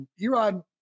Erod